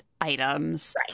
items